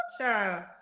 child